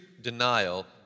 denial